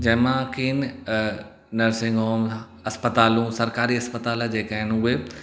जंहिं मां किन नर्सिंग होम इस्पतालूं सरकारी इस्पतालि जेका आहिनि उहे